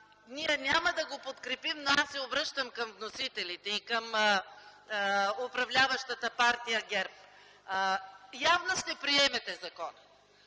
ние няма да подкрепим законопроекта, но аз се обръщам към вносителите и към управляващата партия ГЕРБ. Явно ще приемете закона.